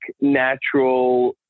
natural